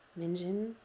Minjin